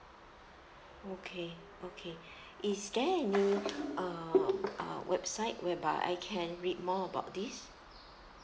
okay okay is there any uh uh website whereby I can read more about this